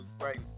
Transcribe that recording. Right